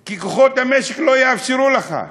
כי כוחות המשק לא יאפשרו לך.